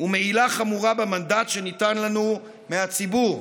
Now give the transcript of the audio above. ומעילה חמורה במנדט שניתן לנו מהציבור.